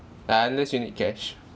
like unless you need cash